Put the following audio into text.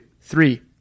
three